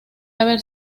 haber